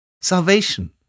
Salvation